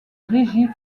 régie